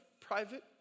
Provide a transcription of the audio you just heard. private